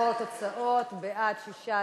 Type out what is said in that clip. נעבור לתוצאות: בעד, 16,